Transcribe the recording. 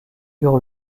eurent